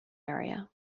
area